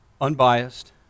unbiased